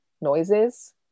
noises